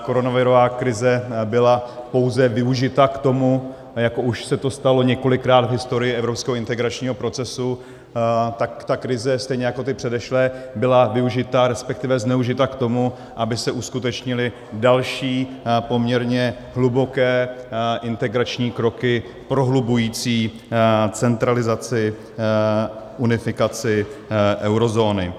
Koronavirová krize byla pouze využita k tomu, jako už se to stalo několikrát v historii evropského integračního procesu, tak ta krize stejně jako ty předešlé byla využita, resp. zneužita k tomu, aby se uskutečnily další poměrně hluboké integrační kroky prohlubující centralizaci, unifikaci eurozóny.